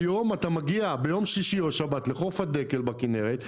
היום אתה מגיע ביום שישי או שבת לחוף הדקל בכנרת,